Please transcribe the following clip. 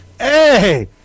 Hey